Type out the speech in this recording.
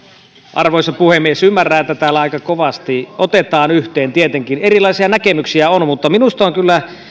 arvoisa puhemies ymmärrän että täällä aika kovasti otetaan yhteen tietenkin erilaisia näkemyksiä on mutta minusta on kyllä